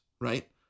right